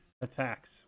attacks